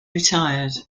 retired